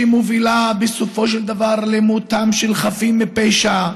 שמובילה בסופו של דבר למותם של חפים מפשע,